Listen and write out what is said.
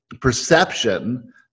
perception